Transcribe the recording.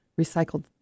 recycled